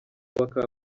bakaba